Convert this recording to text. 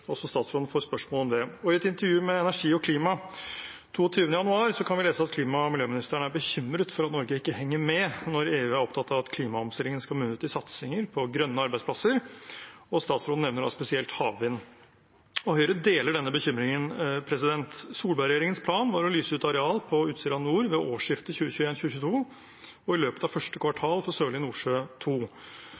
også han får spørsmål om det. I et intervju med Energi og Klima 22. januar kan vi lese at klima- og miljøministeren er bekymret for at Norge ikke henger med når EU er opptatt av at klimaomstillingen skal munne ut i satsinger på grønne arbeidsplasser, og statsråden nevner da spesielt havvind. Høyre deler denne bekymringen. Solberg-regjeringens plan var å lyse ut areal på Utsira Nord ved årsskiftet 2021/2022 og i løpet av første kvartal for Sørlige Nordsjø